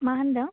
मा होन्दों